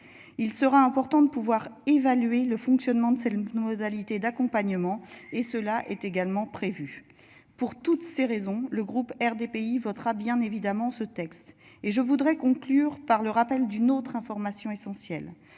Il sera important de pouvoir évaluer le fonctionnement de ces le pneu modalités d'accompagnement et cela est également prévue. Pour toutes ces raisons, le groupe RDPI votera bien évidemment ce texte et je voudrais conclure par le rappel d'une autre information essentielle